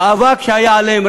האבק שהיה עליהם,